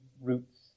roots